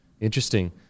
interesting